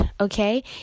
okay